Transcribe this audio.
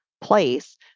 place